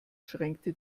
schränkte